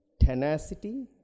tenacity